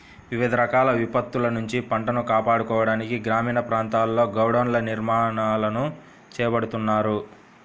వివిధ రకాల విపత్తుల నుంచి పంటను కాపాడుకోవడానికి గ్రామీణ ప్రాంతాల్లో గోడౌన్ల నిర్మాణాలను చేపడుతున్నారు